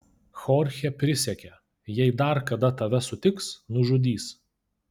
chorchė prisiekė jei dar kada tave sutiks nužudys